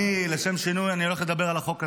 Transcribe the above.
לשם שינוי, אני הולך לדבר על החוק הזה.